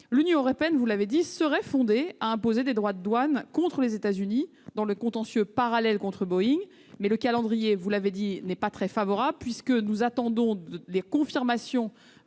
L'Union européenne serait fondée à imposer des droits de douane contre les États-Unis dans le contentieux parallèle contre Boeing, mais le calendrier n'est pas très favorable puisque nous attendons la confirmation